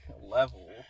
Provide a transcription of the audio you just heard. Level